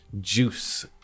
juice